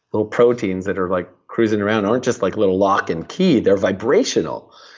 little proteins that are like cruising around aren't just like little lock and key. they're vibrational,